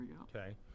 okay